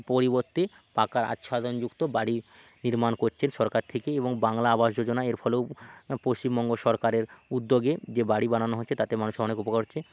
পরিবর্তে পাকা আচ্ছাদন যুক্ত বাড়ি নির্মাণ করছেন সরকার থেকে এবং বাংলা আবাস যোজনা এর ফলেও পশ্চিমবঙ্গ সরকারের উদ্যোগে যে বাড়ি বানানো হচ্ছে তাতে মানুষের অনেক উপকার হচ্ছে